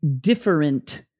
different